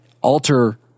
alter